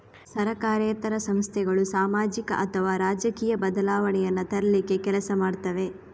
ಸರಕಾರೇತರ ಸಂಸ್ಥೆಗಳು ಸಾಮಾಜಿಕ ಅಥವಾ ರಾಜಕೀಯ ಬದಲಾವಣೆಯನ್ನ ತರ್ಲಿಕ್ಕೆ ಕೆಲಸ ಮಾಡ್ತವೆ